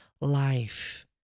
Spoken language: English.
life